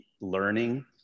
learning